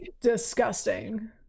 disgusting